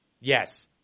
Yes